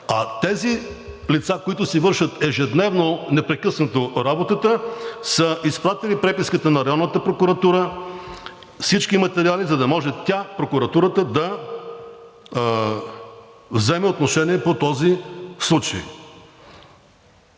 Тези лица, които ежедневно, непрекъснато си вършат работата, са изпратили преписката на районната прокуратура, всички материали, за да може прокуратурата да вземе отношение по този случай,